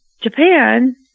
Japan